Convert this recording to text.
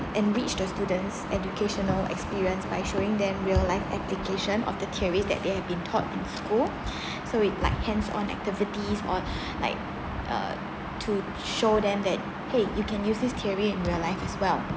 enrich the student's educational experience by showing them real live applications of the theories that they have been taught in school so we like hands on activities or like uh to show them that !hey! you can use this theory in real life as well